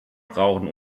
brauchen